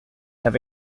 have